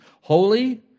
holy